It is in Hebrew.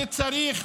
שצריך,